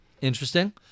Interesting